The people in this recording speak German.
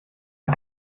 das